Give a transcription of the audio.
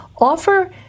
offer